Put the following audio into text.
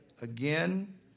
again